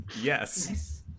Yes